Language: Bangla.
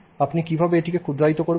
আপনি কিভাবে এটি ক্ষুদ্রায়ণ করবেন